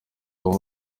uba